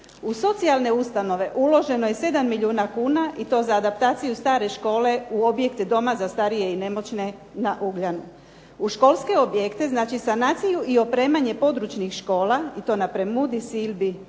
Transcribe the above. U socijalne ustanove uloženo je 7 milijuna kuna i to za adaptaciju stare škole u objekte doma za starije i nemoćne na Ugljanu. U školske objekte znači za sanaciju i opremanje područnih škola i to na Premudi, Silbi, Velom